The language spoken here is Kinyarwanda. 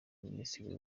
minisitiri